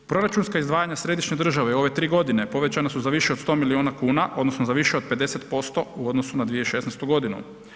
Proračunska izdvajanja središnje države u ove tri godine povećana su za više od 100 miliona kuna odnosno za više od 50% u odnosu na 2016. godinu.